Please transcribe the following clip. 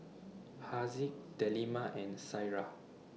Haziq Delima and Syirah